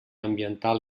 ambiental